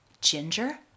Ginger